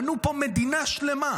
בנו פה מדינה שלמה,